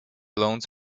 loans